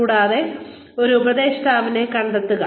കൂടാതെ ഒരു ഉപദേഷ്ടാവിനെ കണ്ടെത്തുക